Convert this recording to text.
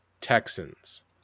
Texans